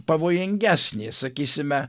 pavojingesnė sakysime